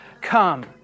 come